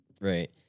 right